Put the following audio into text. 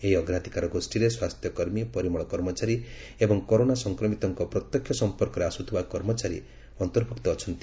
ଏହି ଅଗ୍ରାଧିକାର ଗୋଷୀରେ ସ୍ୱାସ୍ଥ୍ୟ କର୍ମୀ ପରିମଳ କର୍ମଚାରୀ ଏବଂ କରୋନା ସଂକ୍ରମିତଙ୍କ ପ୍ରତ୍ୟକ୍ଷ ସମ୍ପର୍କରେ ଆସୁଥିବା କର୍ମଚାରୀ ଅନ୍ତର୍ଭୁକ୍ତ ଅଛନ୍ତି